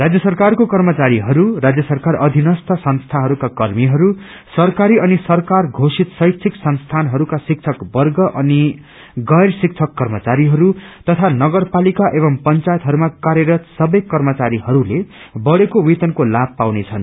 राज्य सरकारको कर्मचारीहरू राज्य सरकार अविनस्थ संस्थाहरूका कर्मीहरू सरकारी अनि सरकार पोषित शैक्षिक संस्थानहरूका शिक्षकवर्ग अनि गैर शिक्षक कर्मचारीहरू तथा नगरपालिका एवं पंचायतहरूमा कार्यरत सबै कर्मचारीहरूले बढ़ेको वेतनको लाभ पाउनेछन्